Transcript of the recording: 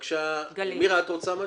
מירה, את רוצה?